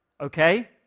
Okay